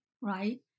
right